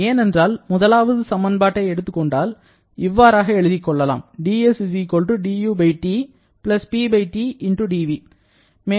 ஏனென்றால் முதலாவது சமன்பாட்டை எடுத்துக்கொண்டால் இவ்வாறாக எழுதிக் கொள்ளலாம்